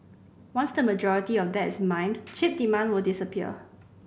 once the majority of that is mined chip demand will disappear